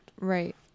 Right